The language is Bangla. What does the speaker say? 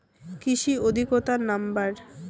কৃষি অধিকর্তার নাম্বার?